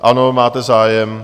Ano, máte zájem.